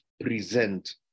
present